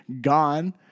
gone